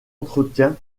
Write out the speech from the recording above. entretien